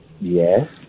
Yes